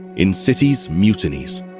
in cities, mutinies.